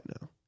now